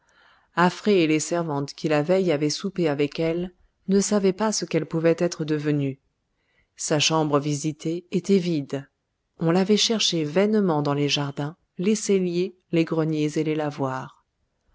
les servantes qui la veille avaient soupé avec elle ne savaient pas ce qu'elle pouvait être devenue sa chambre visitée était vide on l'avait cherchée vainement dans les jardins les celliers les greniers et les